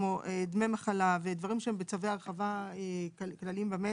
כמו דמי מחלה ודברים שהם בצווי הרחבה כלליים במשק,